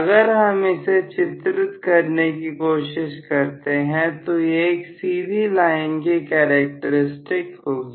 अगर हम इसे चित्रित करने की कोशिश करते हैं तो यह एक सीधी लाइन की कैरेक्टरिस्टिक होगी